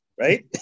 right